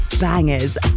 bangers